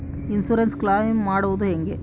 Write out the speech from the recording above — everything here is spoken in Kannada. ಇನ್ಸುರೆನ್ಸ್ ಕ್ಲೈಮ್ ಮಾಡದು ಹೆಂಗೆ?